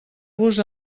vos